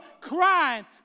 crying